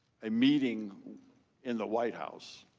a meeting in the white house.